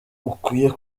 ukwiye